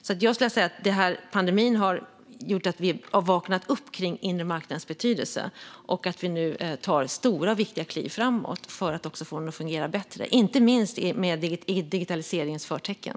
Jag skulle vilja säga att pandemin har gjort att vi har vaknat upp när det gäller den inre marknadens betydelse och att vi nu tar stora och viktiga kliv framåt för att få den att fungera bättre, inte minst med digitaliseringens förtecken.